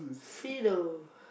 Fiido